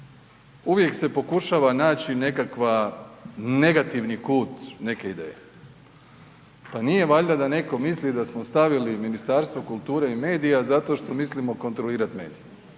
uvijek se pokušava naći nekakva, negativni kut neke ideje. Pa nije valjda da netko misli da smo stavili Ministarstvo kulture i medija zato što mislimo kontrolirati medije.